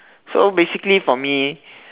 so basically for me